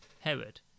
Herod